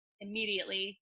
immediately